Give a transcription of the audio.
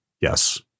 Yes